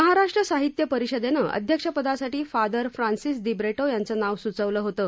महाराष्ट्र साहित्य परिषदेनं अध्यक्षपदासाठी फादर फ्रान्सिस दिब्रिटो यांचं नाव सुचवलं होतं